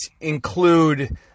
include